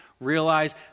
realize